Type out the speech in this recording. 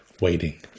waiting